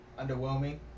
underwhelming